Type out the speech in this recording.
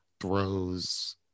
throws